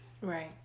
Right